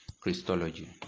Christology